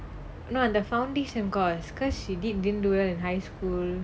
no the foundation course because she did didn't do well in high school